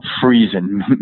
freezing